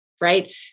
right